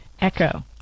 Echo